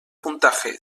puntaje